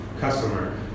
customer